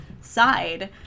side